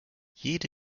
jede